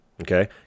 Okay